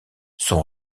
son